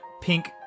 pink